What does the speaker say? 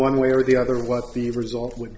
one way or the other what the result would